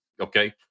okay